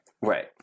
Right